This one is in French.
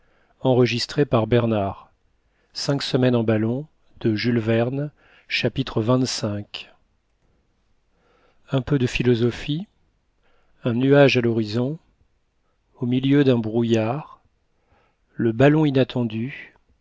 chapitre xxv un peu de philosophie un nuage à l'horizon au milieu d'un brouillard le ballon inattendu